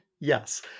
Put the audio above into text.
Yes